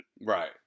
Right